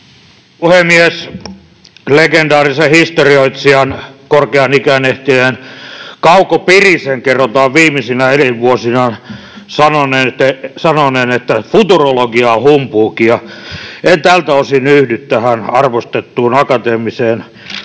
puhemies! Legendaarisen historioitsijan, korkeaan ikään ehtineen Kauko Pirisen kerrotaan viimeisinä elinvuosinaan sanoneen, että futurologia on humpuukia. En tältä osin yhdy tähän arvostettuun akateemiseen opettajaan.